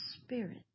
spirit